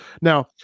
Now